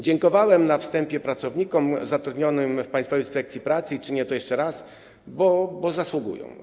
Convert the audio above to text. Dziękowałem na wstępie pracownikom zatrudnionym w Państwowej Inspekcji Pracy i czynię to jeszcze raz, bo zasługują na to.